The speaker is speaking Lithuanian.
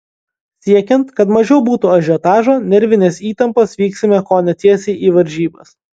siekiant kad mažiau būtų ažiotažo nervinės įtampos vyksime kone tiesiai į varžybas